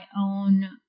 own